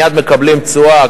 מייד מקבלים תשואה,